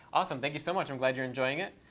awesome, thank you so much. i'm glad you're enjoying it.